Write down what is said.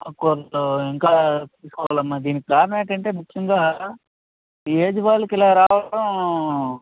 ఆ కొంత ఇంకా తీసుకోవాలి అమ్మా దీనికి కారణం ఏంటంటే ముఖ్యంగా ఈ ఏజ్ వాళ్ళకి ఇలా రావడం